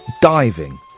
Diving